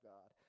God